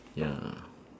ya